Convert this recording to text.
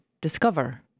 discover